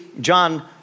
John